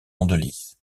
andelys